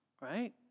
Right